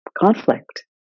conflict